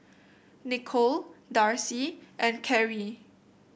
Nikole Darci and Karie